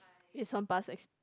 based on past ex~